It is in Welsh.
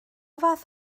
fath